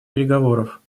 переговоров